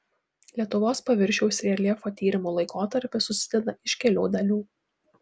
lietuvos paviršiaus reljefo tyrimų laikotarpis susideda iš kelių dalių